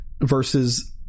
versus